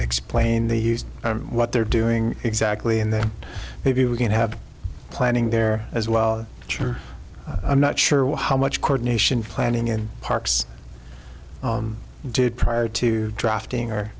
explain the what they're doing exactly and then maybe we can have planning there as well which are i'm not sure how much cord nation planning and parks did prior to drafting or